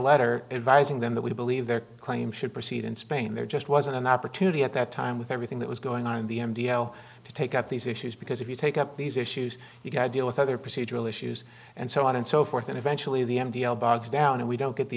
letter advising them that we believe their claim should proceed in spain there just wasn't an opportunity at that time with everything that was going on in the m d o to take up these issues because if you take up these issues you've got to deal with other procedural issues and so on and so forth and eventually the m t l bogs down and we don't get the